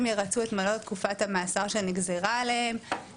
ירצו את מלוא תקופת המאסר שנגזרה עליהם.